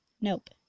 nope